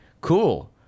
Cool